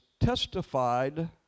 testified